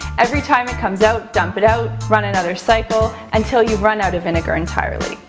every time it comes out, dump it out. run another cycle until you've run out of vinegar entirely.